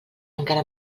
encara